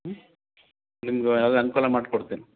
ಹ್ಞೂ ನಿಮ್ಗೆ ಎಲ್ಲ ಅನುಕೂಲ ಮಾಡ್ಕೊಡ್ತೀನಿ